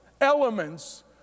elements